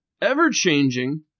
ever-changing